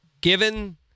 Given